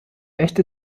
echte